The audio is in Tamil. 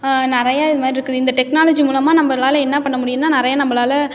நிறைய இது மாதிரி இருக்குது இந்த டெக்னாலஜி மூலமாக நம்பளால் என்ன பண்ண முடியும்னால் நிறைய நம்பளால்